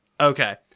Okay